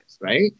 right